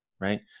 Right